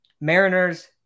mariners